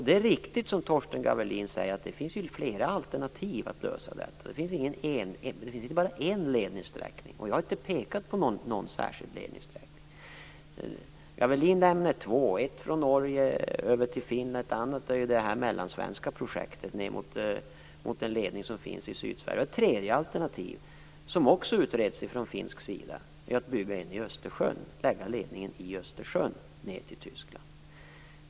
Det är riktigt, som Torsten Gavelin säger, att det finns flera alternativ för att lösa detta. Det finns inte bara en ledningssträckning, och jag har inte heller pekat på någon särskild ledningssträckning. Gavelin nämnde två sträckningar: en från Norge över till Finland och det andra mellansvenska projektet ned mot en ledning som finns i Sydsverige. Ett tredje alternativ, som utreds också från finsk sida, är att lägga ledningen i Östersjön ned till Tyskland.